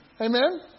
Amen